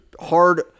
hard